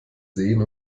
sehen